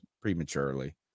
prematurely